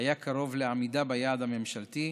היה קרוב לעמידה ביעד הממשלתי,